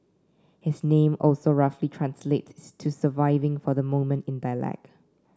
his name also roughly translate to surviving for the moment in dialect